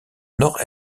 nord